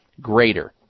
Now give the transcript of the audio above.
greater